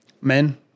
men